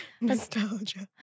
Nostalgia